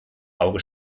auge